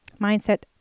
mindset